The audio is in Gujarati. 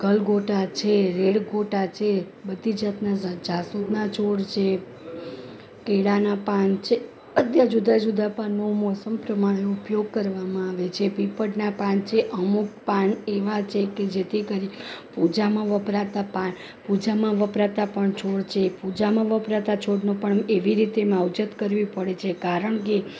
ગલગોટા છે રેડ ગોટા છે બધી જાતના જાસૂદના છોડ છે કેળાંના પાન છે અન્ય જુદાં જુદાં પાનમાં હું મોસમ પ્રમાણે ઉપયોગ કરવામાં આવે છે પીપળના પાન છે અમુક પાન એવા છે કે જેથી કરી પૂજામાં વપરાતા પાન પૂજામાં વપરાતા પણ છોડ છે પૂજામાં વપરાતા છોડનો પણ એવી રીતે માવજત કરવી પડે છે કારણ કે